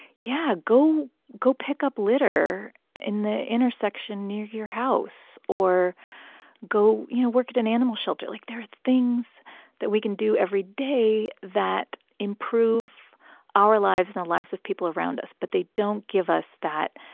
yeah, go go pick up litter in the intersection near your house or go, you know, work at an animal shelter. like, there are things that we can do every day that improve our lives and the lives of people around us. but they don't give us that,